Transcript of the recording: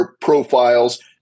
profiles